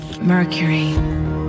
mercury